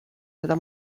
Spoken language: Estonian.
seda